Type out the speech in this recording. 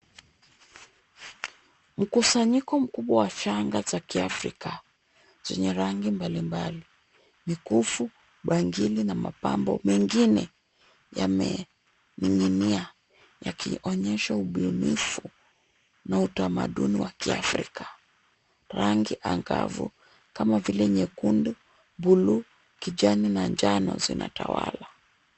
Mkusanyiko mkubwa wa shanga za Kiafrika, zenye rangi mbalimbali. Mikufu, bangili, na mapambo mengine yamening'inia yakionyesha ubunifu na utamaduni wa Kiafrika. Rangi angavu kama vile nyekundu, buluu, kijani, na njano zinatawala.